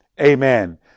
amen